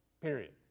Period